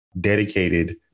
dedicated